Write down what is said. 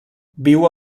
viu